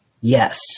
Yes